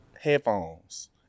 headphones